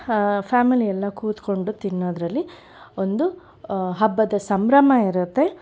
family ಎಲ್ಲ ಕೂತ್ಕೊಂಡು ತಿನ್ನೋದರಲ್ಲಿ ಒಂದು ಹಬ್ಬದ ಸಂಭ್ರಮ ಇರುತ್ತೆ